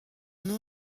nom